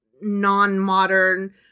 non-modern